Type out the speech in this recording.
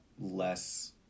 less